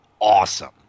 awesome